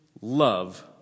love